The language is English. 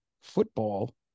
football